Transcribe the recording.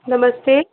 नमस्ते